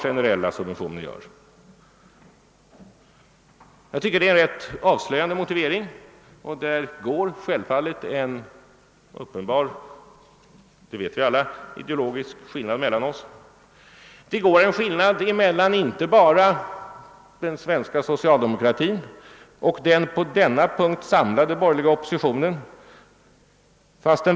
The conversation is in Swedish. Här går en uppenbar ideologisk skiljelinje mellan socialdemokratin och den på denna punkt samlade borgerliga oppositionen.